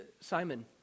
Simon